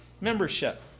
membership